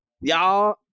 y'all